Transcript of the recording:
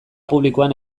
publikoan